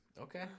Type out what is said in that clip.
Okay